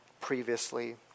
previously